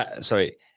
Sorry